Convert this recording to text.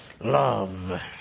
love